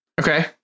Okay